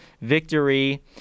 victory